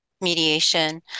mediation